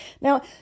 Now